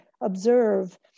observe